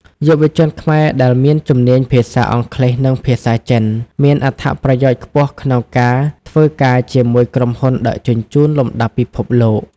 យុវជនខ្មែរដែលមានជំនាញភាសាអង់គ្លេស និងភាសាចិន មានអត្ថប្រយោជន៍ខ្ពស់ក្នុងការធ្វើការជាមួយក្រុមហ៊ុនដឹកជញ្ជូនលំដាប់ពិភពលោក។